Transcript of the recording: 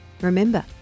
Remember